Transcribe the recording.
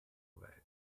weit